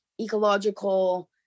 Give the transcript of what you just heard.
ecological